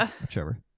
Whichever